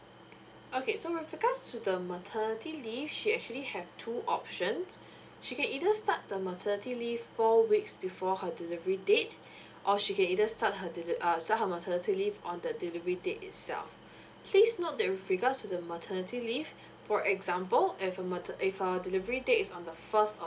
okay so with regards to the maternity leave she actually have two options she can either start the maternity leave four weeks before her delivery date or she can either start her deli~ uh start her maternity leave on the delivery date itself please note that with regards to the maternity leave for example if her maternity if her delivery date is on the first